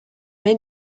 mai